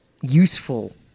useful